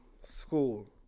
School